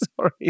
Sorry